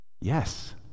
Yes